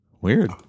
Weird